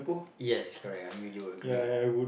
yes correct I mean you agree